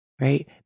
right